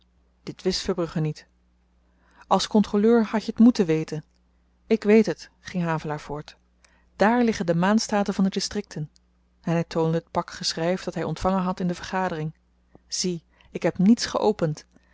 dit wist verbrugge niet als kontroleur hadt je t moeten weten ik weet het ging havelaar voort dààr liggen de maandstaten van de distrikten en hy toonde t pak geschryf dat hy ontvangen had in de vergadering zie ik heb niets geopend